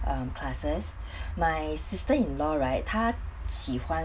um classes my sister in law right 他喜欢